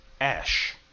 ash